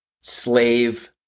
slave